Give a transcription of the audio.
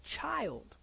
child